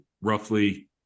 roughly